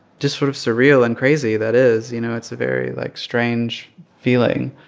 just sort of surreal and crazy that is you know, it's a very, like, strange feeling.